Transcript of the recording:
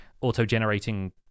auto-generating